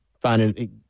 finding